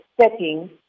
setting